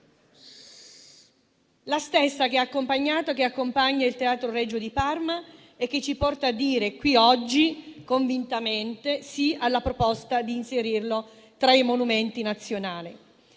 la stessa che ha accompagnato e che accompagna il Teatro Regio di Parma e che ci porta a dire qui oggi convintamente sì alla proposta di inserirlo tra i monumenti nazionali.